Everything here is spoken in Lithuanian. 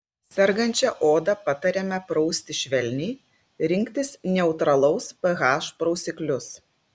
sergančią odą patariama prausti švelniai rinktis neutralaus ph prausiklius